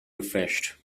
refreshed